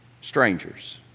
strangers